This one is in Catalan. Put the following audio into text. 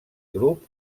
grup